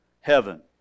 heaven